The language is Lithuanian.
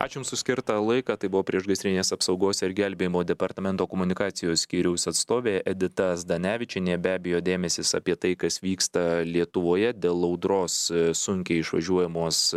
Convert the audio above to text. ačiū už jums skirtą laiką tai buvo priešgaisrinės apsaugos ir gelbėjimo departamento komunikacijos skyriaus atstovė edita zdanevičienė be abejo dėmesis apie tai kas vyksta lietuvoje dėl audros sunkiai išvažiuojamos